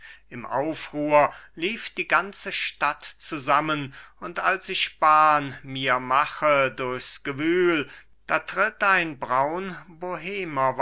im aufruhr lief die ganze stadt zusammen und als ich bahn mir mache durchs gewühl da tritt ein braun